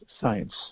science